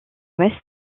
ouest